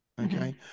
okay